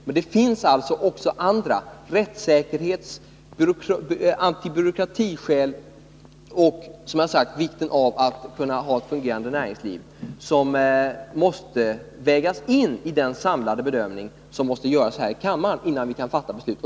Men det finns alltså också andra skäl — rättssäkerhetsoch antibyråkratiskäl och, som jag har sagt, vikten av att kunna ha ett fungerande näringsliv — som måste vägas in vid den samlade bedömning som måste göras här i kammaren innan vi kan fatta beslut.